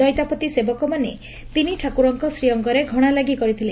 ଦଇତାପତି ସେବକମାନେ ତିନିଠାକୁରଙ୍କ ଶ୍ରୀଅଙ୍ଗରେ ଘଶାଲାଗି କରିଥିଲେ